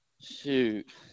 shoot